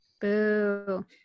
Boo